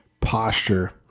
posture